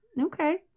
Okay